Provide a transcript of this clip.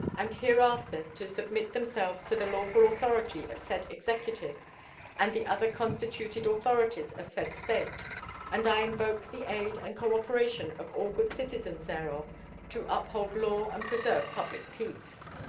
and hereafter to submit themselves to the lawful authority of said executive and the other constituted authorities of said state and i invoke the aid and cooperation of all good citizens thereof to uphold law and preserve public peace.